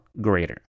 greater